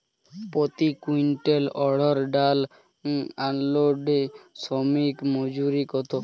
প্রতি কুইন্টল অড়হর ডাল আনলোডে শ্রমিক মজুরি কত?